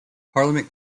parliament